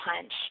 punch